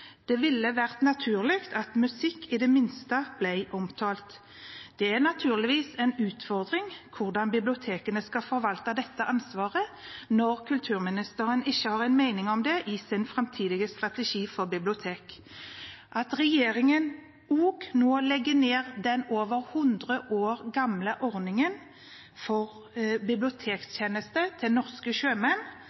Det ville vært naturlig at musikk i det minste ble omtalt. Det er naturligvis en utfordring hvordan bibliotekene skal forvalte dette ansvaret når kulturministeren ikke har en mening om det i sin framtidige strategi for bibliotek. At regjeringen nå legger ned den over hundre år gamle bibliotektjenesten for norske sjømenn,